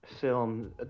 film